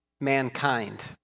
mankind